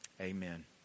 Amen